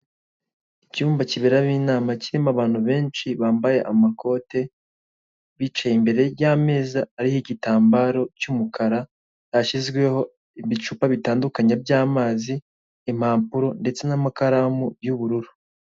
Icyumba kiberamo inama kirimo abantu benshi bambaye amakote bicaye imbere y'ameza ariho igitambaro cy'umukara, hashyizweho ibicupa bitandukanye by'amazi, impapuro ndetse n'amakaramu y'ubururu.